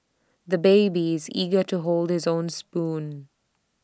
the baby is eager to hold his own spoon